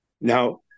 Now